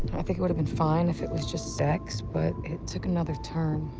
i think it would've been fine if it was just sex, but it took another turn.